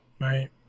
Right